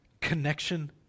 connection